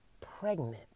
pregnant